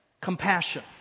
Compassion